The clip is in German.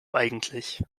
eigentlich